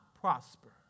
prosper